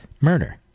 murder